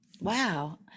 Wow